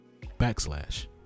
backslash